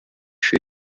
für